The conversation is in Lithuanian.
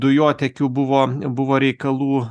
dujotiekiu buvo buvo reikalų